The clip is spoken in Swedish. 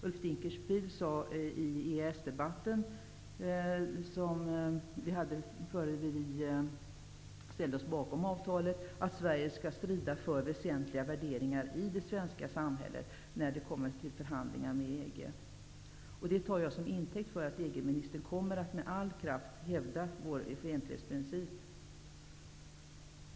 Ulf Dinkelspiel sade i EES-debatten att Sverige skall strida för väsentliga värderingar i det svenska samhället när det blir aktuellt med EG förhandlingar. Det tar jag som intäkt för att EG ministern med all kraft kommer att hävda vår offentlighetsprincip.